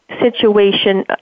situation